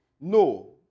No